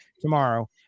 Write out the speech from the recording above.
tomorrow